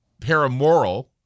paramoral